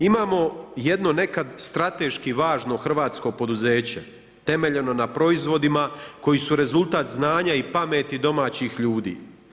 Imamo jedno nekad strateški važno hrvatsko poduzeće temeljeno na proizvodima koji su rezultat znanja i pameti domaćih ljudi.